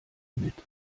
mit